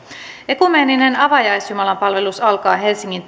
ekumeeninen avajaisjumalanpalvelus alkaa helsingin tuomiokirkossa